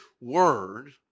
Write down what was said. word